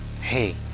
Hey